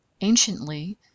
Anciently